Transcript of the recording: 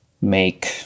make